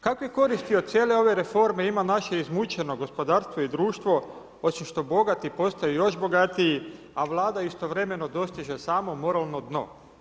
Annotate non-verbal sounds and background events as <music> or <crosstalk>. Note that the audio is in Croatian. Kakve koristi od cijele ove reforme ima naši izmućeno gospodarstvo i društvo, osim što bogati postaju još bogatiji, a Vlada istovremeno dostiže samo … <unintelligible> dno.